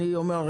אני אומר,